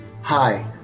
Hi